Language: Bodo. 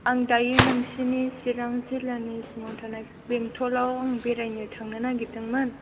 आं दायो नोंसोरनि चिरां जिल्लानि सिङाव थानाय बेंटलाव आं बेरायनो थांनो नागिरदोंमोन